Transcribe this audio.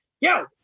yo